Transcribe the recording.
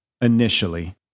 initially